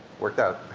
worked out.